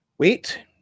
Wait